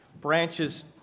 branches